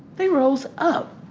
they rose up,